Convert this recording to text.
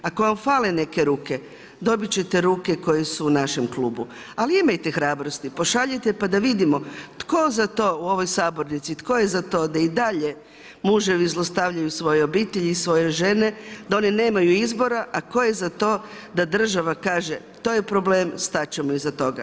Ako vam fale neke ruke, dobit ćete ruke koje su u našem klubu, ali imajte hrabrosti, pošaljite pa da vidimo tko je za to u ovoj sabornici, tko je za to da i dalje muževi zlostavljaju svoje obitelji i svoje žene, da one nemaju izbora, a tko je za to da država kaže to je problem, stat ćemo iza toga.